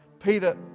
Peter